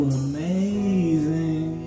amazing